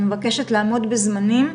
אני מבקשת לעמוד בזמנים,